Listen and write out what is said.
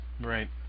Right